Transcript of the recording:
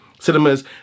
cinemas